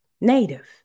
Native